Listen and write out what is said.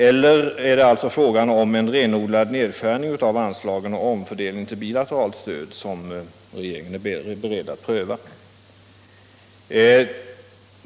Eller är det alltså fråga om en renodlad nedskärning av anslagen och en omfördelning till bilateralt stöd som regeringen är beredd att pröva?